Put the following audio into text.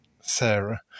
Sarah